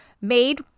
made